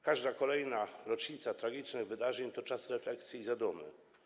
Każda kolejna rocznica tragicznych wydarzeń to czas refleksji i zadumy.